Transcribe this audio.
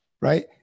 right